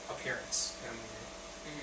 Appearance